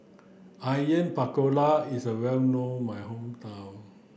Onion Pakora is well known my hometown